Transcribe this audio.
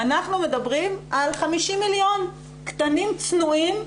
אנחנו מדברים על 50 מיליון קטנים, צנועים,